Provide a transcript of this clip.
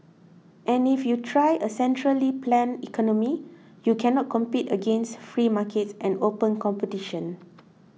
and if you try a centrally planned economy you cannot compete against free markets and open competition